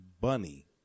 Bunny